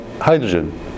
hydrogen